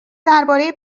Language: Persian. درباره